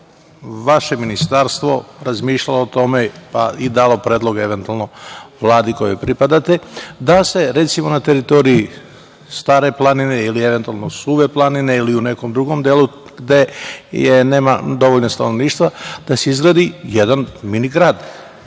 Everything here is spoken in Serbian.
vaše ministarstvo razmišljalo o tome, pa i dalo predlog eventualno Vladi kojoj pripadate da se recimo na teritoriji Stare planine ili eventualno Suve planine ili u nekom drugom delu gde nema dovoljno stanovništva da se izgradi jedan mini grad,